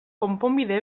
konponbide